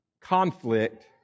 conflict